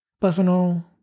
personal